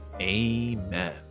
Amen